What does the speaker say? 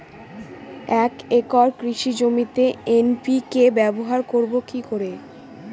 এক একর কৃষি জমিতে এন.পি.কে ব্যবহার করব কি করে?